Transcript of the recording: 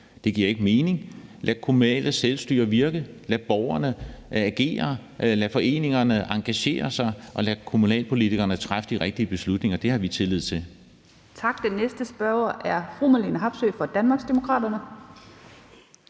Det giver ikke mening. Lad det kommunale selvstyre virke; lad borgerne agere; lad foreningerne engagere sig; og lad kommunalpolitikerne træffe de rigtige beslutninger. Det har vi tillid til.